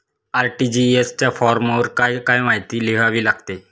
RTGS च्या फॉर्मवर काय काय माहिती लिहावी लागते?